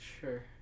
Sure